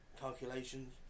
calculations